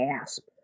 gasp